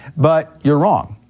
but you're wrong.